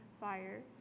fire